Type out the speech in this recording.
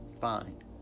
fine